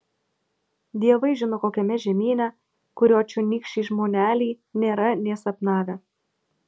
dievai žino kokiame žemyne kurio čionykščiai žmoneliai nėra nė sapnavę